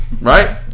right